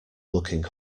looking